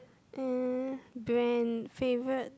eh brand favourite